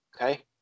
okay